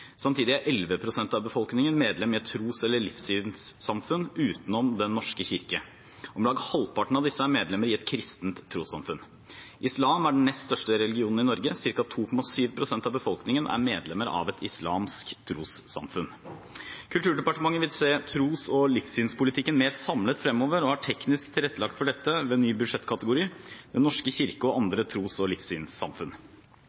Samtidig er 11 pst. av befolkningen medlemmer i et tros- eller livssynssamfunn utenom Den norske kirke. Om lag halvparten av disse er medlemmer i et kristent trossamfunn. Islam er den nest største religionen i Norge, ca. 2,7 pst. av befolkningen er medlemmer av et islamsk trossamfunn. Kulturdepartementet vil se tros- og livssynspolitikken mer samlet fremover og har teknisk tilrettelagt for dette ved en ny budsjettkategori: Den norske kirke og andre tros- og livssynssamfunn.